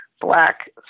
Black